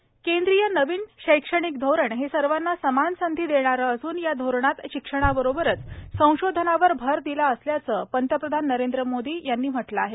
नवीन केंद्रीय शैक्षणिक धोरण हे सर्वांना समान संधी देणारं असून या धोरणात शिक्षणाबरोबरच संशोधनावर भर दिला असल्याचं पंतप्रधान नरेंद्र मोदी यांनी म्हटलं आहे